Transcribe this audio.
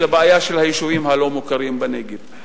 לבעיה של היישובים הלא-מוכרים בנגב.